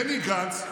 בני גנץ,